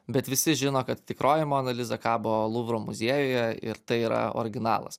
bet visi žino kad tikroji mona liza kabo luvro muziejuje ir tai yra originalas